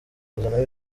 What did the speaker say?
kuzanamo